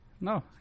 No